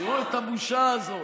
תראה את הבושה הזאת.